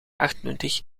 achtentwintig